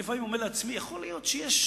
אני לפעמים אומר לעצמי שיכול להיות שיש